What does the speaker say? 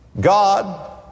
God